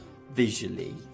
visually